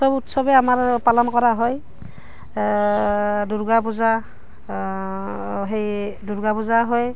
চব উৎসৱে আমাৰ পালন কৰা হয় দুৰ্গা পূজা সেই দুৰ্গা পূজা হয়